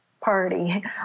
party